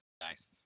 Nice